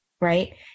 Right